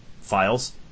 files